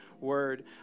word